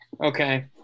okay